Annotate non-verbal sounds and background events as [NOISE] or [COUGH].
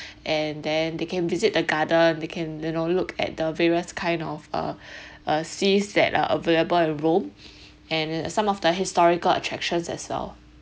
and then they can visit the garden they can you know look at the various kind of uh [BREATH] uh scenes that are available at rome [BREATH] and some of the historical attractions as well